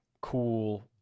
cool